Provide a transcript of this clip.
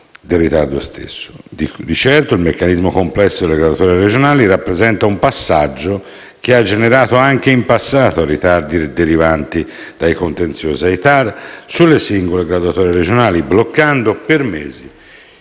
Di certo, il meccanismo complesso delle graduatorie regionali rappresenta un passaggio che ha generato anche in passato ritardi, derivanti da contenziosi ai TAR sulle singole graduatorie regionali, bloccando per mesi